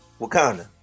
Wakanda